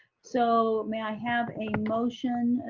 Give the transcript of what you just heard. so may i have a motion?